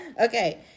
Okay